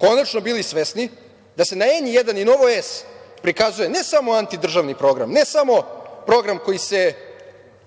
konačno bili svesni da se na N1 i Nova S prikazuje ne samo antidržavni program, ne samo program koji se